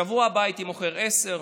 בשבוע אחר כך מכרתי עשרה,